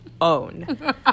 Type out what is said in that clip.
own